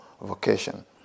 vocation